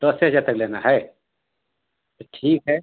दसे हजार तक लेना है तो ठीक है